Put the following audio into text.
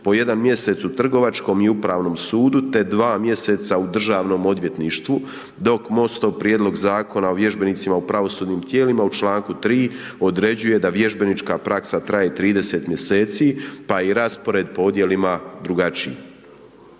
po 1 mjesec u Trgovačkom i Upravnom sudu, te 2 mjeseca u državnom odvjetništvu dok MOST-ov prijedlog zakona o vježbenicima u pravosudnim tijelima u članku 3. određuje da vježbenička praksa traje 30 mjeseci pa je raspored po odjelima drugačiji.